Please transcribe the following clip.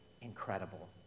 incredible